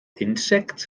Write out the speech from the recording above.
insect